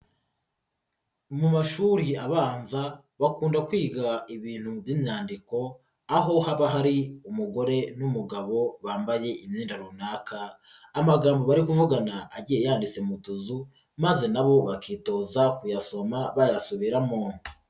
Mu mashuri abanza bakunda kwiga ibintu by'imyandiko aho haba hari umugore n'umugabo bambaye imyenda runaka, amagambo bari kuvugana agiye yandika mu utuzu maze nabo bakitoza kuyasoma bayasubiramo.